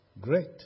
great